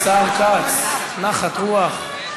השר כץ, נחת רוח.